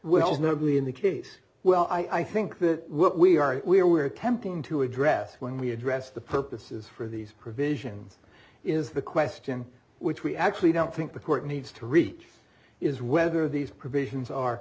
will not be in the case well i think that what we are we're we're attempting to address when we address the purposes for these provisions is the question which we actually don't think the court needs to reach is whether these provisions are